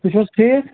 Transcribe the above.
تُہۍ چھُو حظ ٹھیٖک